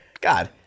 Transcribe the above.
God